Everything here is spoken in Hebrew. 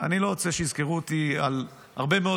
שהוא לא רוצה שיזכרו אותו על הרבה מאוד